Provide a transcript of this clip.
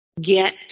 get